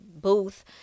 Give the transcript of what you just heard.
booth